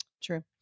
True